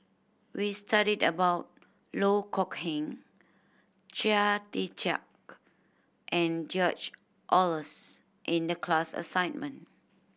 we studied about Loh Kok Heng Chia Tee Chiak and George Oehlers in the class assignment